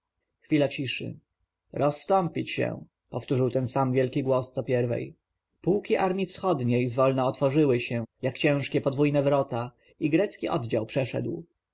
chwila ciszy rozstąpić się powtórzył ten sam wielki głos co pierwej pułki armji wschodniej z wolna otworzyły się jak ciężkie podwójne wrota i grecki oddział przeszedł